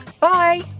bye